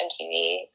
MTV